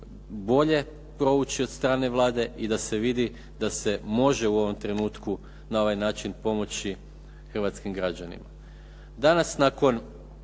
bolje prouči od strane Vlade i da se vidi da se može u ovom trenutku na ovaj način pomoći hrvatskim građanima.